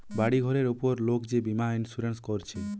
বাড়ি ঘরের উপর লোক যে বীমা ইন্সুরেন্স কোরছে